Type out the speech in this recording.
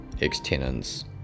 ex-tenants